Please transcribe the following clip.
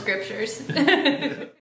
scriptures